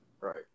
Right